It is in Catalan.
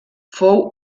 fou